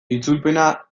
itzulpena